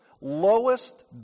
lowest